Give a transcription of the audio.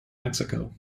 mexico